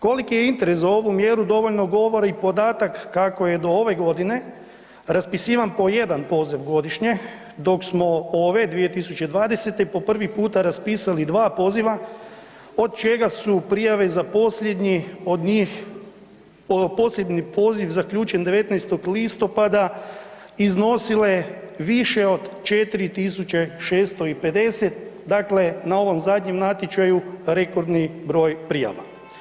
Koliki je interes za ovu mjeru dovoljno govorio podatak kako je do ove godine raspisivan po jedan poziv godišnje, dok smo ove 2020. po prvi puta raspisali dva poziva od čega su prijave za posljednji poziv zaključen 19. listopada iznosile više od 4.650, dakle na ovom zadnjem natječaju rekordni broj prijava.